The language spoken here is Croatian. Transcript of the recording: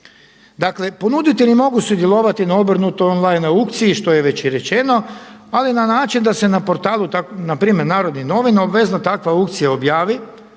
Dakle, ponuditelji mogu sudjelovati na obrnutoj on-line aukciji što je već i rečeno ali na način da se na portalu, na primjer Narodnih novina obvezno takva aukcija objavi,